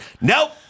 Nope